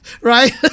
right